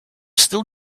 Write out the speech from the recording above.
still